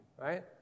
Right